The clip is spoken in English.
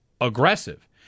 aggressive